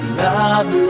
love